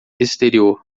exterior